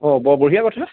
অ বৰ বঢ়িয়া কথা